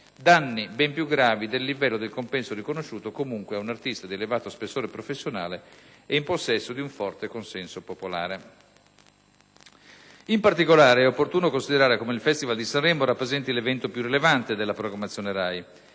danni ben più gravi del livello del compenso riconosciuto comunque ad un artista di elevato spessore professionale e in possesso di un forte consenso popolare. In particolare, è opportuno considerare come il Festival di Sanremo rappresenti l'evento più rilevante della programmazione RAI